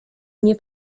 nie